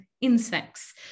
insects